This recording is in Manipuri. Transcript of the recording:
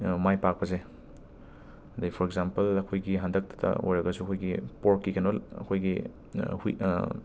ꯃꯥꯏ ꯄꯥꯛꯄꯁꯦ ꯑꯗꯒꯤ ꯐꯣꯔ ꯑꯦꯛꯖꯥꯝꯄꯜ ꯑꯩꯈꯣꯏꯒꯤ ꯍꯟꯗꯛꯇ ꯑꯣꯏꯔꯒꯁꯨ ꯑꯩꯈꯣꯏꯒꯤ ꯄꯣꯔꯛꯀꯤ ꯀꯩꯅꯣ ꯑꯩꯈꯣꯏꯒꯤ ꯍꯨꯏ